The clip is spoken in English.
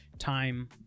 time